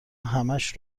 همش